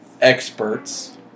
experts